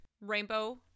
Rainbow